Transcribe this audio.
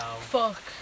Fuck